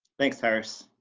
thanks, tyrus!